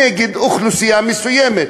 נגד אוכלוסייה מסוימת?